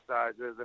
exercises